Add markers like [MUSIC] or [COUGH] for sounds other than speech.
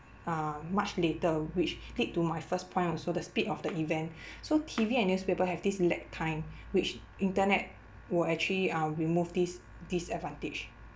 uh much later which lead to my first point also the speed of the event [BREATH] so T_V and newspapers have this lag time which internet will actually uh remove this disadvantage